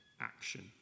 action